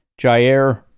Jair